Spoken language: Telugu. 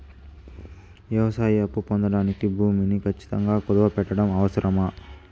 వ్యవసాయ అప్పు పొందడానికి భూమిని ఖచ్చితంగా కుదువు పెట్టడం అవసరమా?